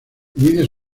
inicia